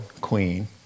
queen